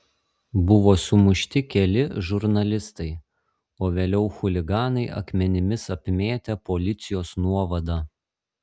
buvo sumušti keli žurnalistai o vėliau chuliganai akmenimis apmėtė policijos nuovadą